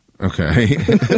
Okay